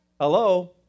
hello